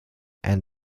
and